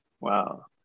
Wow